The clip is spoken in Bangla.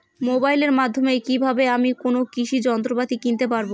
মোবাইলের মাধ্যমে কীভাবে আমি কোনো কৃষি যন্ত্রপাতি কিনতে পারবো?